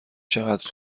چقدر